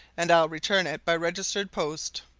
and i'll return it by registered post.